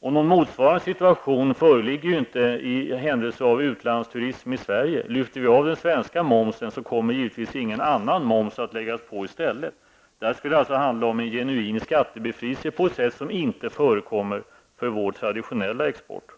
Någon motsvarande situation föreligger inte i händelse av utlandsturism i Sverige. Lyfter vi av den svenska momsen kommer givetvis ingen annan moms att läggas på i stället. Det skulle då handla om en genuin skattebefrielse på ett sätt som inte förekommer för vår traditionella export.